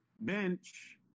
bench